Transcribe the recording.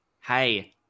hey